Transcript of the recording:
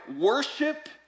worship